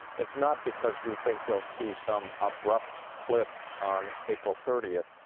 it's not because we think there'll be some abrupt cliff on april thirtieth.